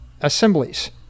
Assemblies